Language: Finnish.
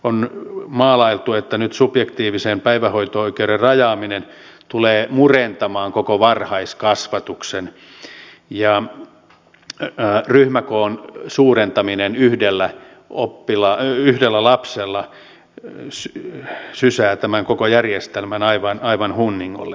on maalailtu että nyt subjektiivisen päivähoito oikeuden rajaaminen tulee murentamaan koko varhaiskasvatuksen ja ryhmäkoon suurentaminen yhdellä lapsella sysää tämän koko järjestelmän aivan hunningolle